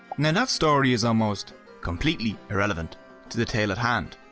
now that story is almost completely irrelevant to the tale at hand.